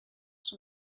son